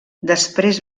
després